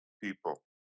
people